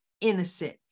innocent